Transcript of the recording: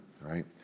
right